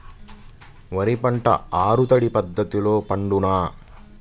వరి పంట ఆరు తడి పద్ధతిలో పండునా?